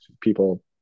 people